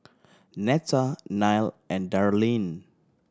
Netta Nile and Darlyne